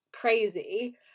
crazy